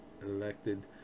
elected